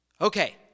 Okay